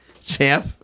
champ